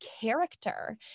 character